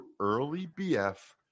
EARLYBF